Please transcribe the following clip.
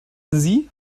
sie